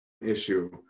issue